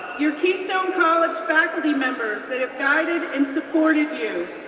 your keystone college faculty members that have guided and supported you,